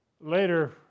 Later